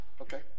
Okay